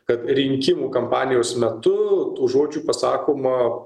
kad rinkimų kampanijos metu žodžių pasakoma